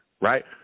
right